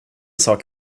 sak